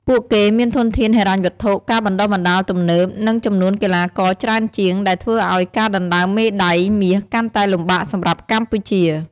ពួកគេមានធនធានហិរញ្ញវត្ថុ ការបណ្តុះបណ្តាលទំនើប និងចំនួនកីឡាករច្រើនជាង ដែលធ្វើឲ្យការដណ្តើមមេដាយមាសកាន់តែលំបាកសម្រាប់កម្ពុជា ។